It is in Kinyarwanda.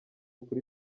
kuri